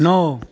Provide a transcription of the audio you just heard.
नओ